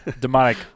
demonic